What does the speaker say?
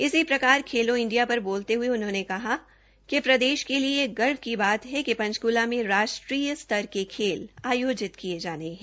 इसी प्रकार खेलो इंडिया पर बोलते हुये उन्होंने कहा कि प्रदेश के लिए यह गर्व की बात है कि पंचकूला में राष्ट्रीय स्तर के खेल आयोजित किए जाने हैं